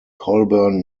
colburn